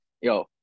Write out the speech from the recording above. yo